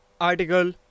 article